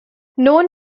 known